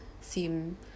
seem